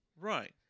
right